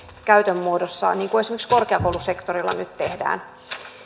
käytön muodossa niin kuin esimerkiksi korkeakoulusektorilla nyt tehdään